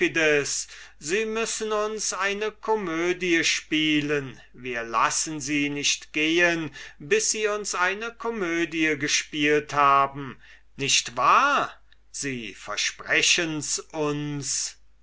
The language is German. sie müssen uns eine komödie spielen wir lassen sie nicht gehen bis sie uns eine komödie gespielt haben nicht wahr sie versprechens uns